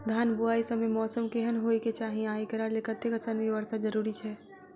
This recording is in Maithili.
धान बुआई समय मौसम केहन होइ केँ चाहि आ एकरा लेल कतेक सँ मी वर्षा जरूरी छै?